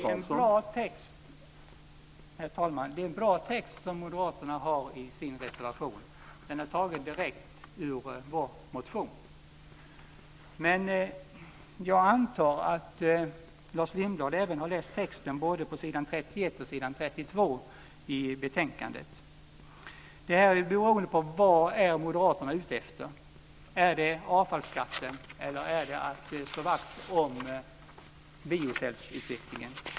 Herr talman! Det är en bra text som moderaterna har i sin reservation. Den är tagen direkt ur vår motion. Men jag antar att Lars Lindblad även har läst texten på s. 31 och 32 i betänkandet. Vad är moderaterna ute efter? Är det avfallsskatten eller är det att slå vakt om biocellsutvecklingen?